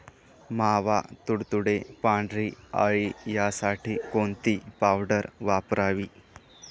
मावा, तुडतुडे, पांढरी अळी यासाठी कोणती पावडर वापरावी?